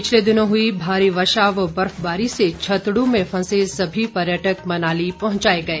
पिछले दिनों हुई भारी वर्षा व बर्फबारी से छतड़ू में फंसे सभी पर्यटक मनाली पहुंचाए गए